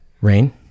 Rain